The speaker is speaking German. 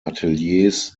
ateliers